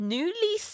Newly